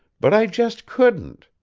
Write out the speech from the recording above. but i just couldn't.